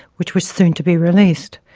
which was soon to be released.